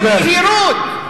רוברט,